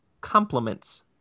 complements